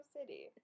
City